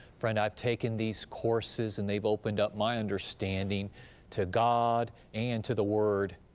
friend, i've taken these courses and they've opened up my understanding to god and to the word.